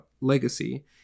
legacy